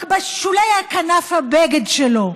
בשולי כנף הבגד שלו,